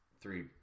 three